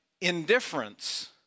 indifference